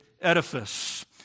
edifice